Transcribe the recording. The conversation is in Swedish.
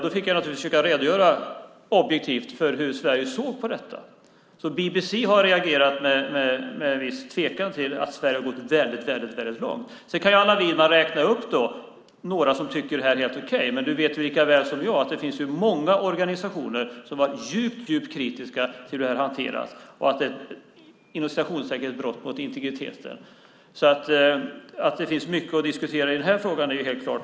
Då fick jag naturligtvis försöka redogöra objektivt för hur vi i Sverige såg på detta. BBC har alltså reagerat med en viss tvekan på att Sverige har gått väldigt långt. Sedan kan ju Allan Widman räkna upp några som tycker att det här är helt okej. Men du vet lika väl som jag att det finns många organisationer som har varit djupt kritiska till hur det här har hanterats och att det är ett "brott mot integriteten". Att det finns mycket att diskutera i den här frågan är helt klart.